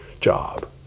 job